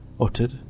uttered